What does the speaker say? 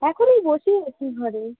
এখন এই বসে আছি ঘরে